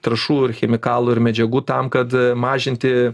trąšų ir chemikalų ir medžiagų tam kad mažinti